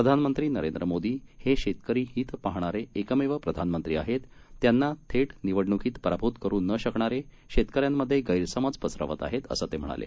प्रधानमंत्री नरेंद्र मोदी हे शेतकरी हित पाहणारे एकमेव प्रधानमंत्री आहेत त्यांना थेट निवडण्कीत पराभूत करू न शकणारे शेतकऱ्यांमध्ये गैरसमज पसरवत आहेत असं ते म्हणाले